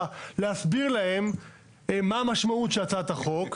להסביר להם מה המשמעות של הצעת החוק.